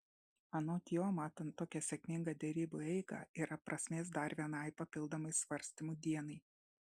anot jo matant tokią sėkmingą derybų eigą yra prasmės dar vienai papildomai svarstymų dienai